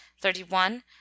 thirty-one